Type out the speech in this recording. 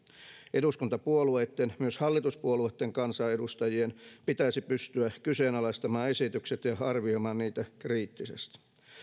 eduskuntapuolueitten myös hallituspuolueitten kansanedustajien pitäisi pystyä kyseenalaistamaan esitykset ja arvioimaan niitä kriittisesti